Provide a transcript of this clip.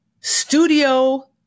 studio